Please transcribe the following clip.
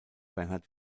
bernard